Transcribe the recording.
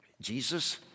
Jesus